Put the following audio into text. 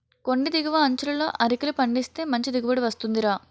కొండి దిగువ అంచులలో అరికలు పండిస్తే మంచి దిగుబడి వస్తుందిరా